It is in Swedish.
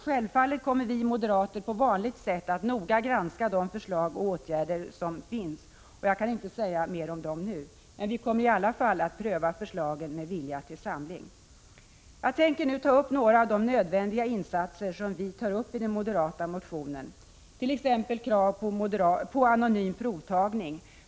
Självfallet kommer vi moderater att på vanligt sätt noga granska förslag och åtgärder, och jag kan inte säga mer om dem nu. Vi kommer i alla fall att pröva förslagen med vilja till samling. Jag tänker nu beröra några av de nödvändiga insatser som vi tar upp i den moderata motionen, t.ex. krav på anonym provtagning.